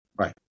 Right